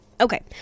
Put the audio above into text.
Okay